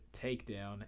TAKEDOWN